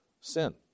Sin